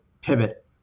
pivot